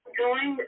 join